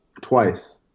twice